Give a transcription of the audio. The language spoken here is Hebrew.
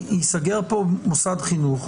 ייסגר פה מוסד חינוך,